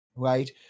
Right